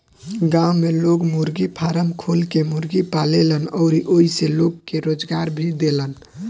गांव में लोग मुर्गी फारम खोल के मुर्गी पालेलन अउरी ओइसे लोग के रोजगार भी देलन